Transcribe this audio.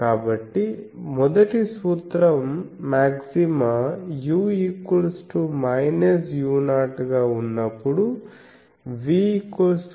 కాబట్టి మొదటి సూత్రం మాగ్జిమా u u0 గా ఉన్నప్పుడు v v0 కి సమానం